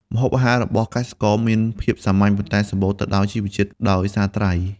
ម្ហូបអាហារ របស់កសិករមានភាពសាមញ្ញ ប៉ុន្តែសម្បូរទៅដោយជីវជាតិដោយសារត្រី។